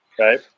right